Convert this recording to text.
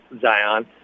Zion